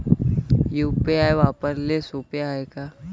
UPI वापराले सोप हाय का?